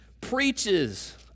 preaches